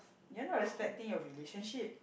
you're not respecting you relationship